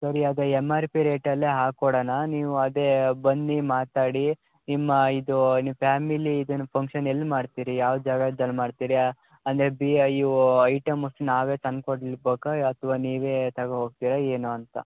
ಸರಿ ಅದು M R P ರೇಟಲ್ಲೆ ಹಾಕೊಡಣ ನೀವು ಅದೇ ಬನ್ನಿ ಮಾತನಾಡಿ ನಿಮ್ಮ ಇದು ನಿಮ್ಮ ಫ್ಯಾಮಿಲಿ ಇದುನ್ನ ಫಂಕ್ಷನ್ ಎಲ್ಲಿ ಮಾಡ್ತೀರಿ ಯಾವ ಜಾಗದಲ್ಲಿ ಮಾಡ್ತಿರ ಅಂದರೆ ಬಿಐಓ ಐಟಮ್ಸ್ ನಾವೇ ತಂದ್ಕೊಡಲಿ ಬೇಕಾ ಅಥ್ವ ನೀವೇ ತಗೋಂಡು ಹೋಗ್ತೀರಾ ಏನು ಅಂತ